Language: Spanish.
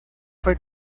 fue